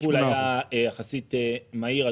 הטיפול היה יחסית מהיר,